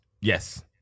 Yes